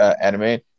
anime